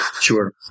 sure